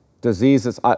diseases